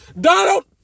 Donald